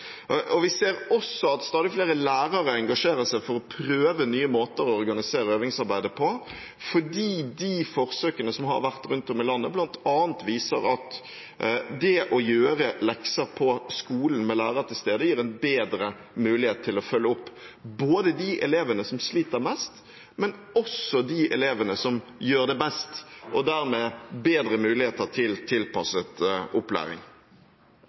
Vi ser også at stadig flere lærere engasjerer seg for å prøve nye måter å organisere øvingsarbeidet på, fordi de forsøkene som har vært rundt om i landet, bl.a. viser at det å gjøre lekser på skolen med lærere til stede gir en bedre mulighet til å følge opp de elevene som sliter mest, men også de elevene som gjør det best – og dermed bedre muligheter til tilpasset opplæring.